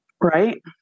Right